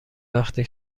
وقتی